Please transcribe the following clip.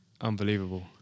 Unbelievable